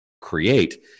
create